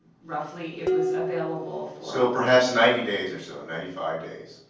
roughly, it was available. so perhaps ninety days or so, ninety five days,